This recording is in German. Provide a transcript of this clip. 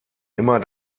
immer